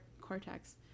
cortex